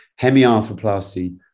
hemiarthroplasty